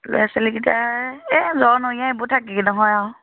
ল'ৰা ছোৱালীকেইটাৰ এই জ্বৰ নৰীয়া এইবোৰ থাকেই নহয় আৰু